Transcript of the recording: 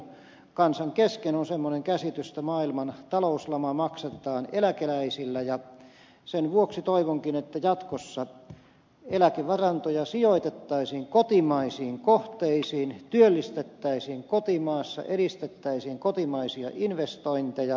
kansan kesken on semmoinen käsitys että maailman talouslama maksatetaan eläkeläisillä ja sen vuoksi toivonkin että jatkossa eläkevarantoja sijoitettaisiin kotimaisiin kohteisiin työllistettäisiin kotimaassa edistettäisiin kotimaisia investointeja